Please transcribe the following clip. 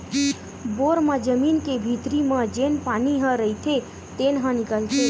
bore म जमीन के भीतरी म जेन पानी ह रईथे तेने ह निकलथे